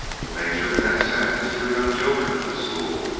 the major then sent his three young children to the school,